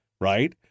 right